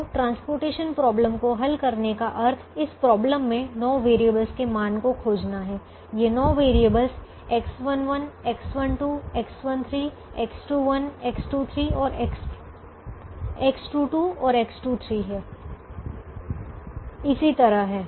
तो परिवहन समस्या को हल करने का अर्थ इस समस्यामें नौ वेरिएबल्स के मान को खोजना है ये नौ variables X11 X12 X13 X21 X22 X23 और इसी तरह हैं